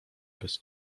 bez